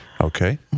Okay